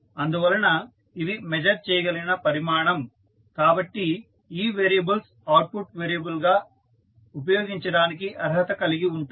అందువలన ఇవి మెజర్ చేయగలిగిన పరిమాణం కాబట్టి ఈ వేరియబుల్స్ అవుట్పుట్ వేరియబుల్గా ఉపయోగించడానికి అర్హత కలిగి ఉంటాయి